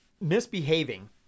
misbehaving